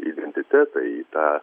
identitetą į tą